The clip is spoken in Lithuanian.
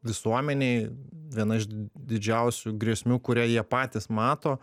visuomenei viena iš didžiausių grėsmių kurią jie patys mato